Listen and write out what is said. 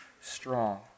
strong